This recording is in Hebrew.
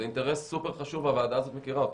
זה אינטרס חשוב מאוד והוועדה הזו מכירה אותו,